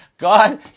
God